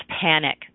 panic